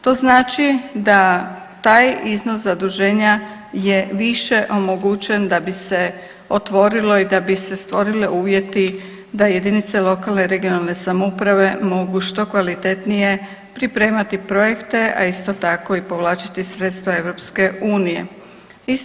To znači da taj iznos zaduženja je više omogućen da bi se otvorilo i da bi se stvorili uvjeti da jedinice lokalne regionalne samouprave mogu što kvalitetnije pripremati projekte, a isto tako i povlačiti sredstva Europske unije.